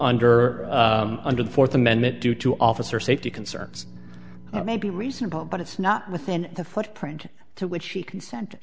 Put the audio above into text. under under the fourth amendment due to officer safety concerns that may be reasonable but it's not within the footprint to which she consent